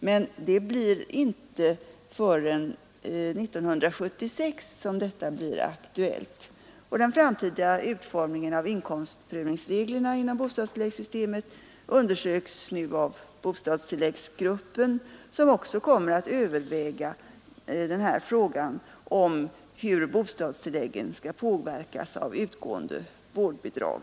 Men detta blir inte aktuellt förrän 1976. Den framtida utformningen av inkomstprövningsreglerna inom bostadstilläggssystemet undersöks nu av bostadstilläggsgruppen, som också kommer att överväga frågan om hur bostadstilläggen skall påverkas av utgående vårdbidrag.